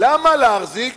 למה להחזיק